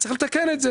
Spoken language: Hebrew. וצריך לתקן את זה.